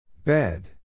Bed